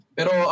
Pero